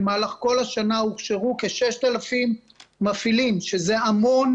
במהלך כל השנה, הוכשרו כ-6,000 מפעילים, שזה המון.